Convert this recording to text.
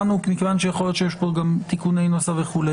יכול להיות שיש פה תיקוני נוסח וכו'.